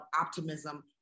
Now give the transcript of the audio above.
optimism